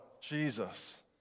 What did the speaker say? Jesus